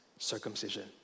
Circumcision